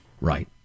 Right